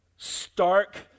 Stark